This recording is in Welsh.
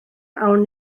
awn